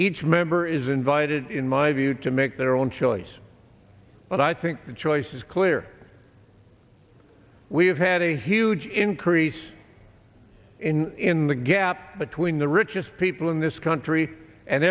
each member is invited in my view to make their own choice but i think the choice is clear we have had a huge increase in the gap between the richest people in this country and